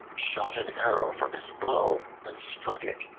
shot an arrow from his bow and struck it.